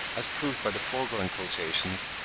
as proved by the foregoing quotations,